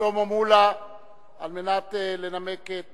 שלמה מולה על מנת לנמק את